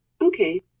Okay